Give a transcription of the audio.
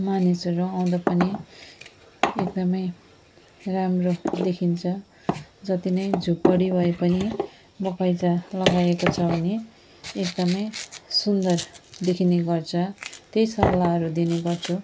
मानिसहरू आउँदा पनि एकदमै राम्रो देखिन्छ जति नै झोपडी भए पनि बगैँचा लगाएको छ भने एकदमै सुन्दर देखिने गर्छ त्यही सल्लाहहरू दिने गर्छु